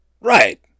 Right